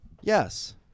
Yes